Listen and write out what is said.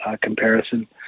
comparison